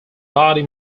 body